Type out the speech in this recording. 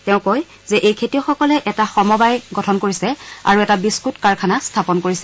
তেওঁ কয় যে এই খেতিয়কসকলে এটা সমবায় গঠন কৰিছে আৰু এটা বিস্থট কাৰখানা স্থাপন কৰিছে